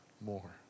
more